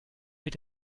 mit